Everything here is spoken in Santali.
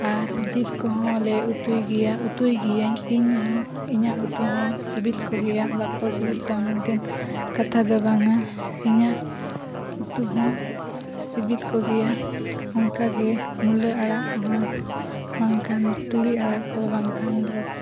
ᱟᱨ ᱡᱤᱞ ᱠᱚᱦᱚᱸᱞᱮ ᱩᱛᱩᱭᱜᱮᱭᱟ ᱩᱛᱩᱭᱜᱤᱭᱟᱹᱧ ᱤᱧ ᱦᱚᱸ ᱤᱧᱟᱹᱜ ᱩᱛᱩᱦᱚᱸ ᱥᱤᱵᱤᱞ ᱠᱚᱜᱮᱭᱟ ᱵᱟᱠᱚ ᱥᱤᱵᱤᱞ ᱠᱚᱣᱟ ᱢᱮᱱᱛᱮᱱ ᱠᱟᱛᱷᱟ ᱫᱚ ᱵᱟᱝᱟ ᱤᱧᱟᱹᱜ ᱩᱛᱩᱦᱚᱸ ᱥᱤᱵᱤᱞ ᱠᱚᱜᱮᱭᱟ ᱚᱱᱠᱟᱜᱮ ᱢᱩᱞᱟᱹ ᱟᱲᱟᱜ ᱠᱚᱦᱚᱸ ᱵᱟᱝᱠᱷᱟᱱ ᱛᱩᱲᱤ ᱟᱲᱟᱜ ᱠᱚ ᱵᱟᱝ ᱠᱷᱟᱱ ᱫᱚ